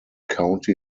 county